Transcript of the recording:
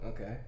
okay